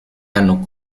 hanno